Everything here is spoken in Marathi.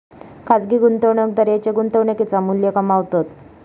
खाजगी गुंतवणूकदार त्येंच्या गुंतवणुकेचा मू्ल्य कमावतत